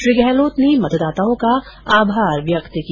श्री गहलोत ने मतदाताओं का आभार व्यक्त किया